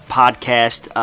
podcast